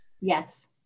Yes